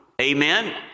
Amen